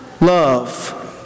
Love